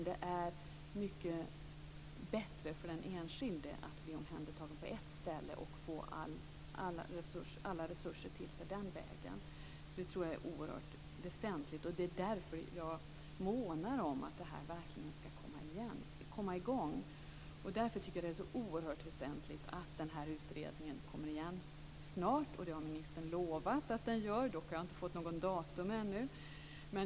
Det är mycket bättre för den enskilde att bli omhändertagen på ett ställe och få alla resurser till sig den vägen. Det tror jag är oerhört väsentligt. Det är därför jag månar om att detta verkligen skall komma i gång. Det är också oerhört väsentligt att utredningen kommer i gång snart. Det har ministern lovat att den gör. Dock har jag ännu inte fått något datum.